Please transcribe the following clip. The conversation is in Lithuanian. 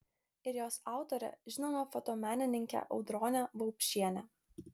ir jos autorė žinoma fotomenininkė audronė vaupšienė